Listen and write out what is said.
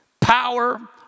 Power